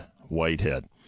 Whitehead